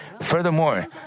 Furthermore